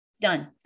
done